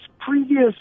previous